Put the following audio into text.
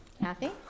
Kathy